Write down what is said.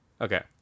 Okay